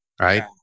right